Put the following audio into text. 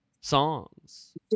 songs